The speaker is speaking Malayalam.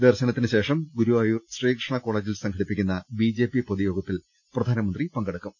ദർശനത്തിന് ശേഷം ഗുരുവായൂർ ശ്രീകൃഷ്ണ കോളജിൽ സംഘടിപ്പിക്കുന്ന ബിജെപിയുടെ പൊതു യോഗത്തിൽ പ്രധാനമന്ത്രി പങ്കെടുക്കും